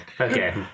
Okay